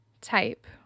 Type